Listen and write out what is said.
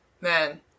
Man